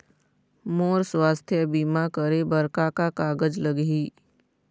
मोर स्वस्थ बीमा करे बर का का कागज लगही?